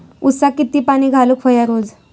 ऊसाक किती पाणी घालूक व्हया रोज?